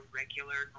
regular